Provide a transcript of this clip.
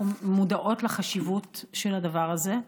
אנחנו מודעות לחשיבות של הדבר הזה.